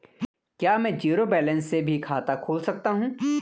क्या में zero balance से भी खाता खोल सकता हूँ?